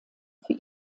für